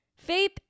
Faith